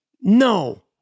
No